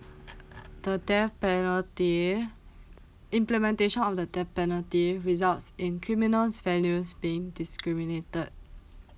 the death penalty implementation of the death penalty results in criminal's value being discriminated